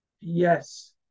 Yes